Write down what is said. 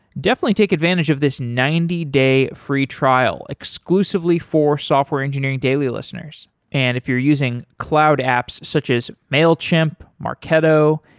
definitely take advantage of this ninety day free trial exclusively for software engineering daily listeners and if you're using cloud apps such as mailchimp, marketo,